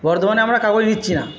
বর্ধমানে আমরা কাগজ নিচ্ছি না